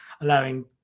allowing